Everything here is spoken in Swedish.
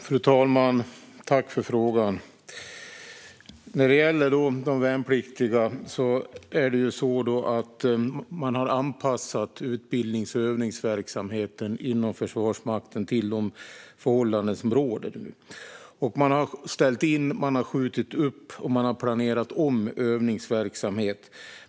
Fru talman! Tack för frågan! När det gäller de värnpliktiga har man anpassat utbildnings och övningsverksamheten inom Försvarsmakten till de förhållanden som råder. Man har ställt in, skjutit upp och planerat om övningsverksamhet.